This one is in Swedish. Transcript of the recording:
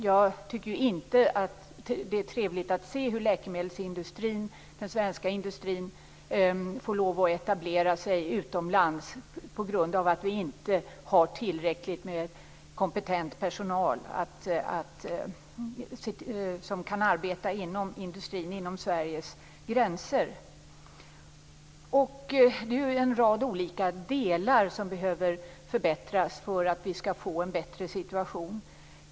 Jag tycker inte att det är trevligt att se hur den svenska läkemedelsindustrin får lov att etablera sig utomlands på grund av att vi inte har tillräckligt med kompetent personal som kan arbeta i industrin inom Sveriges gränser. Det är en rad olika delar som behöver förbättras för att vi skall få en bättre situation.